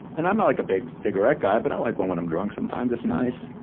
and i'm not like a big cigarette guy, but i like one when i'm drunk sometimes. it's nice.